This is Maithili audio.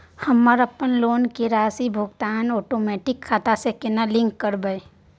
हम अपन लोन के राशि भुगतान ओटोमेटिक खाता से केना लिंक करब?